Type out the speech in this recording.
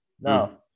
No